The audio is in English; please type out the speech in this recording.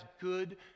good